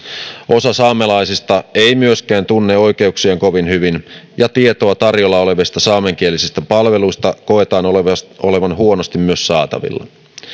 osa saamelaisista ei myöskään tunne oikeuksiaan kovin hyvin ja tietoa tarjolla olevista saamenkielisistä palveluista koetaan olevan myös huonosti saatavilla